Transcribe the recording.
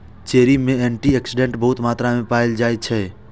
cherry मे antioxidant बहुत मात्रा मे पाएल जाइ छै